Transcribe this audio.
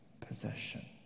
possession